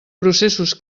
processos